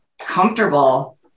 comfortable